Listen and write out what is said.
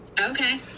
Okay